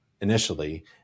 initially